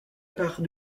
part